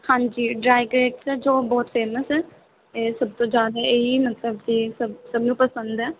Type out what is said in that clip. ਹਾਂਜੀ ਡਰਾਇਗਰੇਟਸ ਜੋ ਬਹੁਤ ਫੇਮਸ ਹੈ ਇਹ ਸਭ ਤੋਂ ਜ਼ਿਆਦਾ ਇਹ ਹੀ ਮਤਲਬ ਕਿ ਸਭ ਸਭ ਨੂੰ ਪਸੰਦ ਹੈ